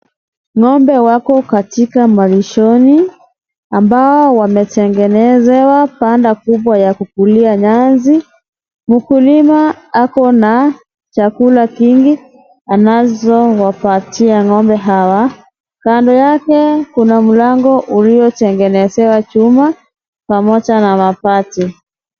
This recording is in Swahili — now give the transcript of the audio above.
Ngombe wako katika malishoni, ambao wametengenezewa panda kubwa ya kukulia nyasi, mukulma ako na chakula kingi, anazowapatia ngombe hawa, kando yake kuna mlango ulio tengenezewa chuma, pamoja na mabati.